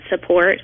support